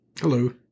Hello